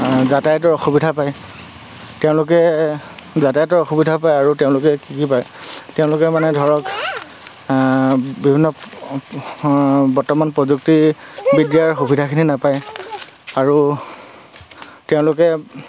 যাতায়তৰ অসুবিধা পায় তেওঁলোকে যাতায়তৰ অসুবিধা পায় আৰু তেওঁলোকে কি কি পায় তেওঁলোকে মানে ধৰক বিভিন্ন বৰ্তমান প্ৰযুক্তিবিদ্যাৰ সুবিধাখিনি নাপায় আৰু তেওঁলোকে